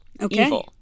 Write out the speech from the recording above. Okay